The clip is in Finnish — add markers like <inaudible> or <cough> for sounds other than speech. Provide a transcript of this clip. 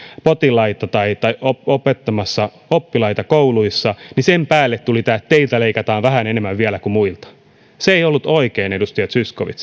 potilaita tai tai opettamassa oppilaita kouluissa sen päälle tuli tämä että teiltä leikataan vähän enemmän vielä kuin muilta ja se ei ollut oikein edustaja zyskowicz <unintelligible>